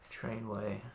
trainway